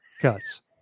cuts